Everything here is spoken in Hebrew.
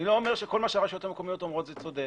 אני לא אומר שכל מה שהרשויות המקומיות אומרות זה צודק.